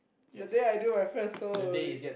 the day I do my first solo really